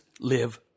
live